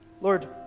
Lord